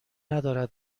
ندارد